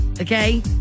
Okay